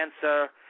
cancer